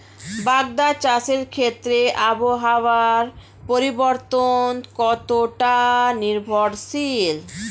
বাগদা চাষের ক্ষেত্রে আবহাওয়ার পরিবর্তন কতটা নির্ভরশীল?